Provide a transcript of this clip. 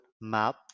map